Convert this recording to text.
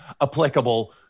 applicable